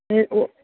ஏ ஓ